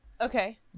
Okay